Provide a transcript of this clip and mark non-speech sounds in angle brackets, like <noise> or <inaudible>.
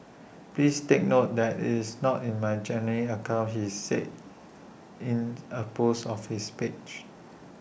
please take note that it's not in my genuine account he said in <noise> A post of his page